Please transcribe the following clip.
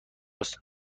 است